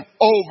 over